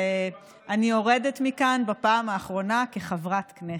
ואני יורדת מכאן בפעם האחרונה כחברת כנסת,